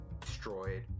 destroyed